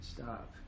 Stop